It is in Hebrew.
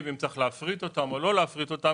אם צריך להפריט אותן או לא להפריט אותן,